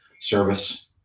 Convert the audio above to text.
service